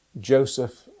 Joseph